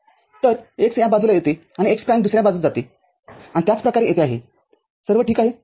तर x या बाजूला येते आणि x प्राइम दुसर्या बाजूस जाते आणि त्याच प्रकारे येथे आहेसर्व ठीक आहे